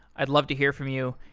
i'd love to hear from you.